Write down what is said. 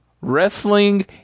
Wrestling